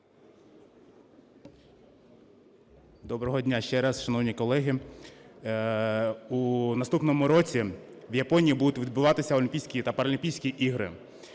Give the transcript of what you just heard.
Доброго дня, ще раз, шановні колеги! У наступному році в Японії будуть відбуватися Олімпійські та Паралімпійські ігри,